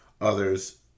others